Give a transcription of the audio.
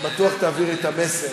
את המסר.